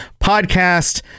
podcast